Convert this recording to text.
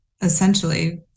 essentially